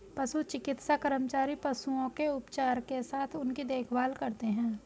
पशु चिकित्सा कर्मचारी पशुओं के उपचार के साथ उनकी देखभाल करते हैं